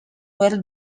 where